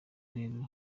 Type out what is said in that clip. rero